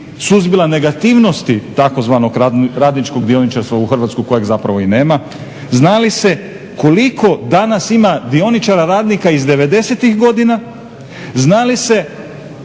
suzbila negativnosti tzv. radničkog dioničarstva u Hrvatskoj, kojeg zapravo i nema. Zna li se koliko danas ima dioničara, radnika iz devedesetih godina, zna li se